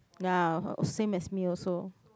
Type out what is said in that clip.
ya same as me also